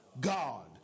God